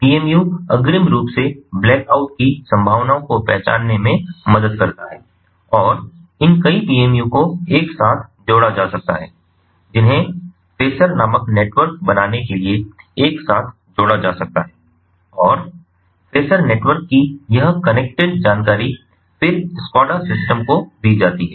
PMU अग्रिम रूप से ब्लैकआउट की संभावना को पहचानने में मदद करता है और इन कई पीएमयू को एक साथ जोड़ा जा सकता है जिन्हें फ़ेसर नामक नेटवर्क बनाने के लिए एक साथ जोड़ा जा सकता है और फ़ेसर नेटवर्क की यह कनेक्टेड जानकारी फिर स्काडा सिस्टम को दी जा सकती है